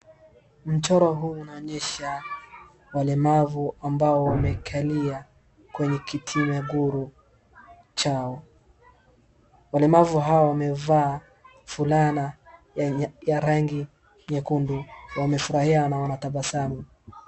Mchoro huu unaonyesha, walemavu ambao wamekalia kwenye kiti maguru chao. Walemavu hao wamevaa fulana ya rangi nyekundu. Wamefurahia na wanatabasamu.